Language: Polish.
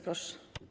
Proszę.